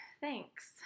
Thanks